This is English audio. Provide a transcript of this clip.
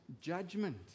judgment